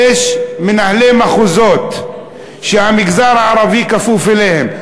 יש מנהלי מחוזות שהמגזר הערבי כפוף להם.